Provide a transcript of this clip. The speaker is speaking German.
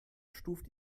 stuft